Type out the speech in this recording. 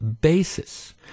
basis